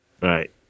Right